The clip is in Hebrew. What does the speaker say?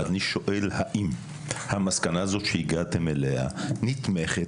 -- האם המסקנה הזאת שהגעתם אליה נתמכת